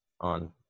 on